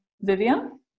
Vivian